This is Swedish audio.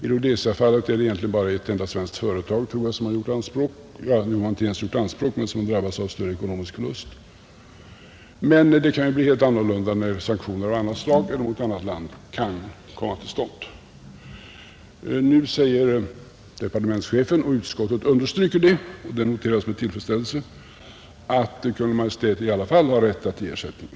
I Rhodesiafallet är det egentligen bara ett enda svenskt företag, tror jag, som drabbats av större ekonomisk förlust, och några anspråk på ersättning har inte ställts. Men det kan ju bli helt annorlunda när sanktioner av annat slag eller mot ett annat land kan komma till stånd. Nu säger departementschefen, och utskottet understryker det, vilket jag noterar med tillfredsställelse, att Kungl. Maj:t i alla fall har rätt att ge ersättning.